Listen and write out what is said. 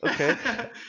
Okay